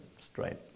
straight